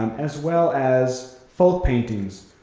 um as well as folk paintings